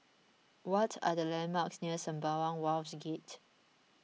what are the landmarks near Sembawang Wharves Gate